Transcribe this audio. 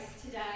today